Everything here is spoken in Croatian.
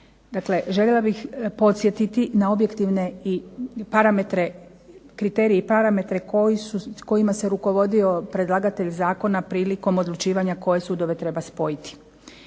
željela bih podsjetiti na objektivne kriterije i parametre kojima se rukovodio predlagatelj zakona prilikom odlučivanja koje sudove treba pripojiti.